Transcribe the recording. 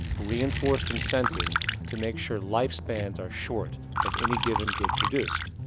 reinforced incentive to make sure life spans are short of any given good produced.